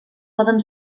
poden